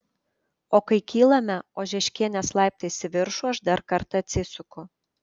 o kai kylame ožeškienės laiptais į viršų aš dar kartą atsisuku